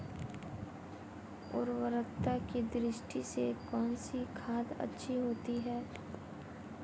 उर्वरकता की दृष्टि से कौनसी खाद अच्छी होती है?